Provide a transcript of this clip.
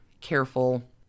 careful